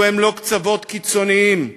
אלו לא קצוות קיצוניים.